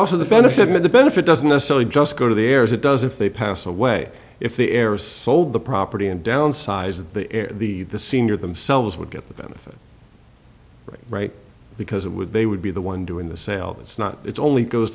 also the benefit of the benefit doesn't necessarily just go to the heirs it does if they pass away if they ever sold the property and downsize of the air the the senior themselves would get the benefit right because it would they would be the one doing the sale it's not it's only goes